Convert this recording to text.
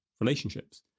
relationships